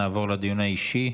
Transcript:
נעבור לדיון האישי.